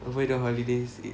over the holidays it